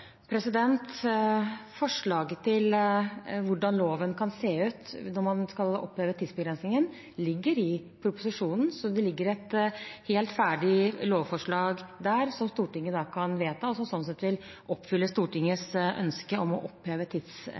Forslaget til hvordan loven kan se ut når man skal oppheve tidsbegrensningen, ligger i proposisjonen. Det ligger et helt ferdig lovforslag der, som Stortinget kan vedta, og som sånn sett vil oppfylle Stortingets ønske om å oppheve